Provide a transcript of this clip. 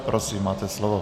Prosím, máte slovo.